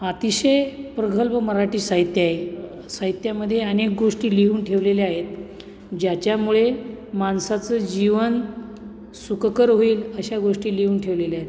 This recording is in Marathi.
अतिशय प्रगल्भ मराठी साहित्य आहे साहित्यामध्ये अनेक गोष्टी लिहून ठेवलेल्या आहेत ज्याच्यामुळे माणसाचं जीवन सुखकर होईल अशा गोष्टी लिहून ठेवलेल्या आहेत